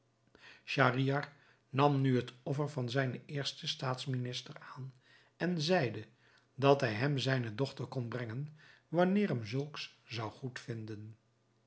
schahriar nam nu het offer van zijnen eersten staats minister aan en zeide dat hij hem zijne dochter kon brengen wanneer hem zulks zou